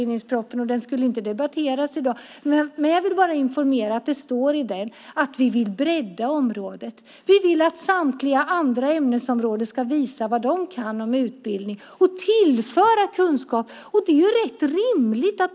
Den ska ju inte debatteras i dag, men jag vill informera om att det står i den att vi vill bredda området. Vi vill att samtliga andra ämnesområden ska visa vad de kan om utbildning och tillföra kunskap.